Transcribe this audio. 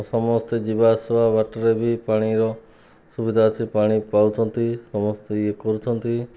ସମସ୍ତେ ଯିବାଆସିବା ବାଟରେ ବି ପାଣିର ସୁବିଧା ଅଛି ପାଣି ପାଉଛନ୍ତି ସମସ୍ତେ ଇଏ କରୁଛନ୍ତି